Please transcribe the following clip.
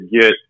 get